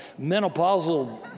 menopausal